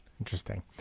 Interesting